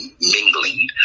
mingling